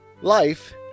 Life